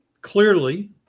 clearly